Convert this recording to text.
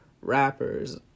rappers